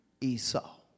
Esau